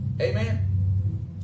Amen